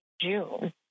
June